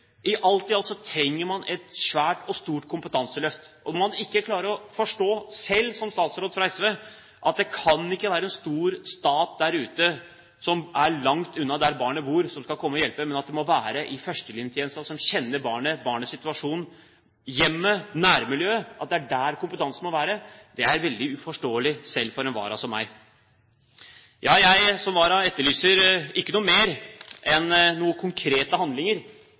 alt trenger man et stort kompetanseløft. Og at man ikke klarer å forstå – selv som statsråd fra SV – at det ikke kan være en stor stat der ute, som er langt unna der barnet bor, som skal komme og hjelpe, men at kompetansen må være i førstelinjetjenesten, som kjenner barnet, barnets situasjon, hjemmet, nærmiljøet, er veldig uforståelig, selv for en vara som meg. Jeg, som vara, etterlyser ikke noe mer enn konkrete handlinger.